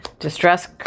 Distress